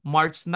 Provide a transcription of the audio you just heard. March